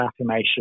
affirmation